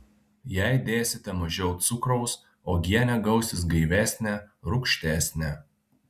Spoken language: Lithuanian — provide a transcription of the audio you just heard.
jei dėsite mažiau cukraus uogienė gausis gaivesnė rūgštesnė